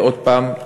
עוד פעם,